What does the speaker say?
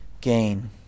gain